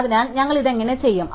അതിനാൽ ഞങ്ങൾ ഇത് എങ്ങനെ ചെയ്യും